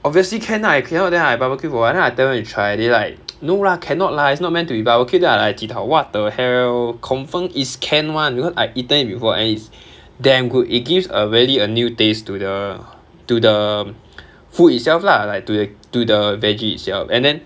obviously can ah if cannot then I barbecue for what then I tell them to try they like no lah cannot lah it's not meant to be barbecued then I like ji tao what the hell confirm is can [one] because I eaten it before and it's damn good it gives a really a new taste to the to the food itself lah like to th~ to the veggie itself and then